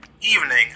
evening